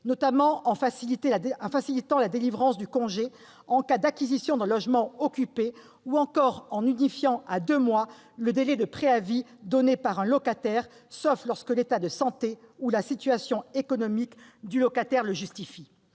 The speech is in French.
notamment en facilitant la délivrance du congé en cas d'acquisition d'un logement occupé, ou encore en unifiant à deux mois le délai de préavis donné par un locataire, sauf lorsque l'état de santé ou la situation économique du locataire le justifie.